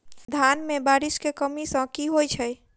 धान मे बारिश केँ कमी सँ की होइ छै?